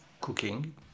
cooking